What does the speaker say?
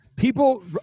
People